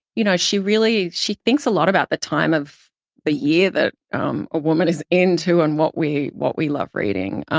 you know, she really, she thinks a lot at the time of the year that um a woman is in too, and what we what we love reading.